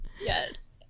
Yes